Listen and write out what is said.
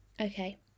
Okay